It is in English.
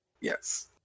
Yes